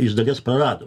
iš dalies prarado